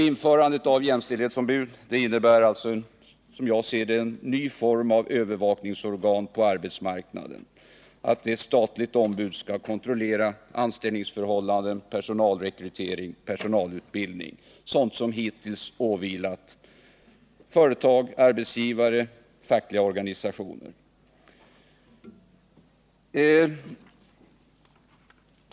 Införandet av jämställdhetsombud innebär alltså, enligt min mening, en ny form av övervakningsorgan på arbetsmarknaden, då ju ett statligt ombud skall kontrollera anställningsförhållanden, personalrekrytering och personalutbildning — sådant som hittills åvilat företag, arbetsgivare och fackliga organisationer.